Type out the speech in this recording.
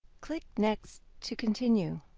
click next to continue.